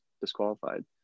disqualified